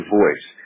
voice